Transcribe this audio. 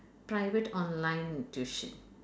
private online tuition